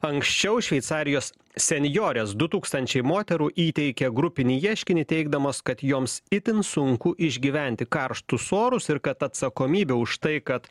anksčiau šveicarijos senjorės du tūkstančiai moterų įteikė grupinį ieškinį teigdamos kad joms itin sunku išgyventi karštus orus ir kad atsakomybę už tai kad